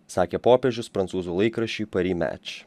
sakė popiežius prancūzų laikraščiui pari meč